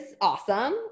awesome